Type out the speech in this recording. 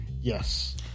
Yes